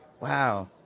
Wow